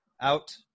out